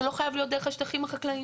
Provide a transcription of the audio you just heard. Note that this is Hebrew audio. זה לא חייב להיות דרך השטחים החקלאיים.